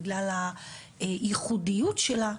בגלל הייחודיות שלה,